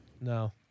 No